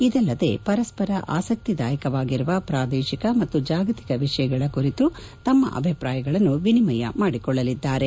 ಇದಲ್ಲದೆ ಪರಸ್ಪರ ಆಸಕ್ತಿದಾಯಕವಾಗಿರುವ ಪ್ರಾದೇಶಿಕ ಮತ್ತು ಜಾಗತಿಕ ವಿಷಯಗಳ ಕುರಿತು ತಮ್ಮ ಅಭಿಪ್ರಾಯಗಳನ್ನು ವಿನಿಮಯ ಮಾಡಿಕೊಳ್ಳಲಿದ್ದಾರೆ